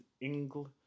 English